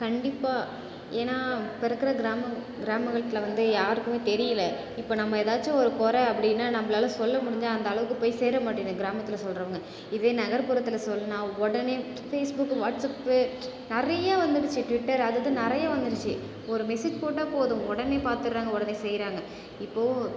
கண்டிப்பாக ஏன்னால் இப்போது இருக்கிற கிராம கிராமத்தில் வந்து யாருக்குமே தெரியல இப்போ நம்ம ஏதாச்சும் ஒரு குற அப்படின்னா நம்மளால சொல்ல முடிஞ்சால் அந்தளவுக்கு போய் சேர மாட்டேங்குது கிராமத்துல சொல்கிறோன்னு இதுவே நகர்ப்புறத்தில் சொன்னால் உடனே பேஸ்புக்கு வாட்ஸ்அப்பு நிறைய வந்துடுச்சு ட்விட்டர் அது இதுன்னு நிறைய வந்துடுச்சு ஒரு மெசேஜ் போட்ட போதும் உடனே பார்த்துடுறாங்க உடனே செய்கிறாங்க இப்போது